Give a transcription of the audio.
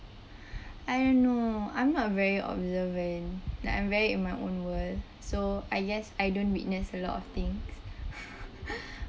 I don't know I'm not very observant like I'm very in my own world so I guess I don't witness a lot of things